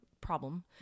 problem